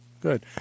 Good